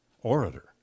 orator